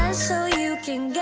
um so you